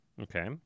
okay